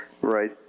Right